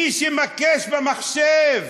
מי שמקיש במחשב.